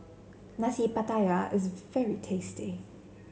Nasi Pattaya is very tasty